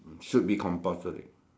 should be compulsory